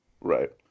right